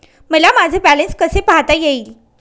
मला माझे बॅलन्स कसे पाहता येईल?